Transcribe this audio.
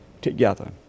together